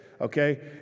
okay